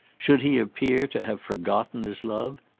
should he appear to have forgotten his love,